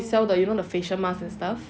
he sell the you know the facial mask and stuff